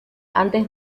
antes